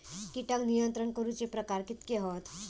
कीटक नियंत्रण करूचे प्रकार कितके हत?